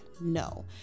No